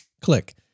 click